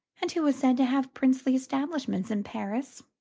and who was said to have princely establishments in paris,